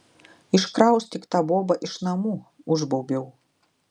iškraustyk tą bobą iš namų užbaubiau